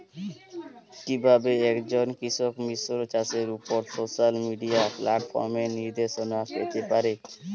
কিভাবে একজন কৃষক মিশ্র চাষের উপর সোশ্যাল মিডিয়া প্ল্যাটফর্মে নির্দেশনা পেতে পারে?